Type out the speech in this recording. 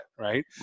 right